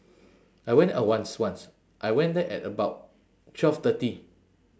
I went uh once once I went there at about twelve thirty